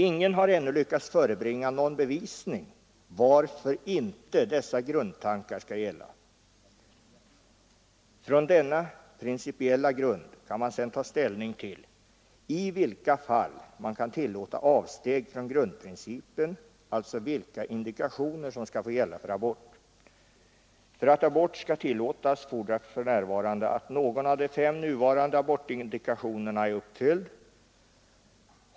Ingen har ännu lyckats förebringa någon bevisning för varför inte dessa grundtankar skall gälla. Från denna principiella grund kan man sedan ta ställning till i vilka fall man kan tillåta avsteg från grundprincipen, alltså vilka indikationer som skall få gälla för abort. För att abort skall tillåtas fordras för närvarande att någon av de fem nuvarande abortindikationerna är uppfylld.